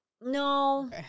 No